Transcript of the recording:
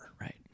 Right